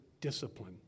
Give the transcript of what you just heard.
discipline